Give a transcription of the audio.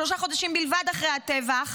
שלושה חודשים בלבד אחרי הטבח,